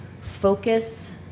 focus